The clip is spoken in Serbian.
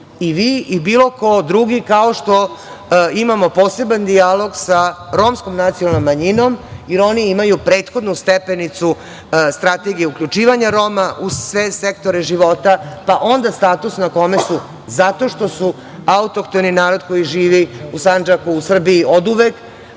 i vi i bilo ko drugi, kao što imamo poseban dijalog sa romskom nacionalnom manjinom, jer oni imaju prethodnu stepenicu, Strategija uključivanja Roma u sve sektore života, pa onda status na kome su, zato što su autohtoni narod koji živi u Sandžaku, u Srbiji oduvek.